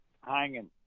hanging